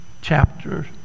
chapter